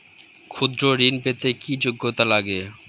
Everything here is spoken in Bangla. ক্ষুদ্র ঋণ পেতে কি যোগ্যতা লাগে?